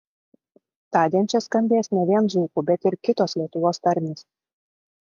tądien čia skambės ne vien dzūkų bet ir kitos lietuvos tarmės